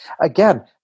Again